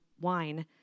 wine